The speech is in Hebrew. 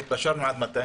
והתפשרנו עד מתי?